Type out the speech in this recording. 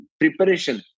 preparation